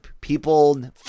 people